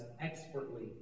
expertly